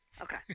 Okay